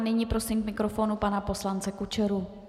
Nyní prosím k mikrofonu pana poslance Kučeru.